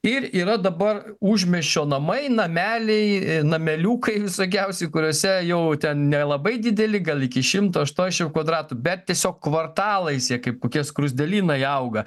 ir yra dabar užmiesčio namai nameliai nameliukai visokiausi kuriuose jau ten nelabai dideli gal iki šimti aštuonešim kvadratų bet tiesiog kvartalais jie kaip kokie skruzdėlynai auga